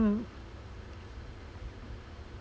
mm